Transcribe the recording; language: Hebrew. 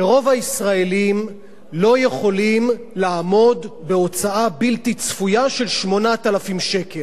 שרוב הישראלים לא יכולים לעמוד בהוצאה בלתי צפויה של 8,000 שקל.